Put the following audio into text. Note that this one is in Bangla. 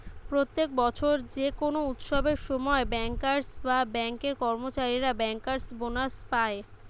প্রত্যেক বছর যে কোনো উৎসবের সময় বেঙ্কার্স বা বেঙ্ক এর কর্মচারীরা বেঙ্কার্স বোনাস পায়